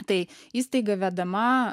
tai įstaiga vedama